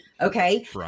okay